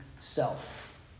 self